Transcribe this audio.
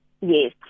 Yes